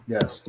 Yes